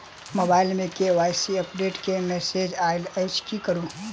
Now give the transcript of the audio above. Mobile मे KYC update केँ message आइल अछि की करू?